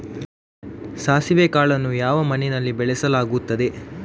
ಸಾಸಿವೆ ಕಾಳನ್ನು ಯಾವ ಮಣ್ಣಿನಲ್ಲಿ ಬೆಳೆಸಲಾಗುತ್ತದೆ?